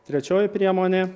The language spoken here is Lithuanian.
trečioji priemonė